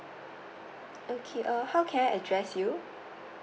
okay uh how can I address you